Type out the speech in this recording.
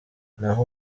naho